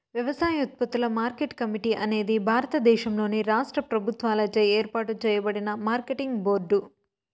వ్యవసాయోత్పత్తుల market committee అనేది భారతదేశంలోని రాష్ట్ర ప్రభుత్వాలచే ఏర్పాటు చేయబడిన మార్కెటింగ్ బోర్డు